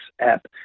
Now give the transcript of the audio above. app